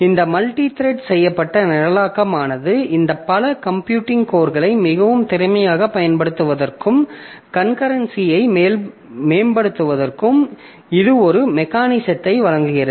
இந்த மல்டித்ரெட் செய்யப்பட்ட நிரலாக்கமானது இந்த பல கம்ப்யூட்டிங் கோர்களை மிகவும் திறமையாகப் பயன்படுத்துவதற்கும் கன்கரன்சியை மேம்படுத்துவதற்கும் இது ஒரு மெக்கானிசத்தை வழங்குகிறது